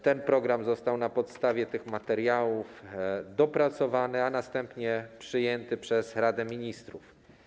Ten program został na podstawie tych materiałów dopracowany, a następnie przyjęty przez Radę Ministrów.